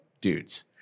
dudes